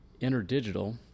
InterDigital